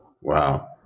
wow